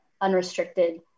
unrestricted